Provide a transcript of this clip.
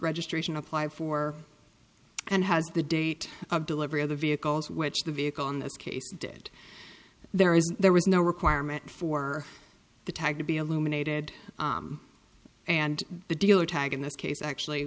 registration applied for and has the date of delivery of the vehicles which the vehicle in this case did there is there was no requirement for the tag to be illuminated and the dealer tag in this case actually